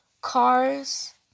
cars